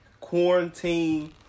quarantine